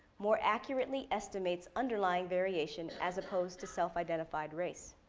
more accurately estimates underlying variation, as opposed to self identified race.